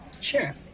Sure